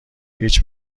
هیچ